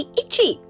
itchy，